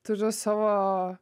turiu savo